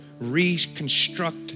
reconstruct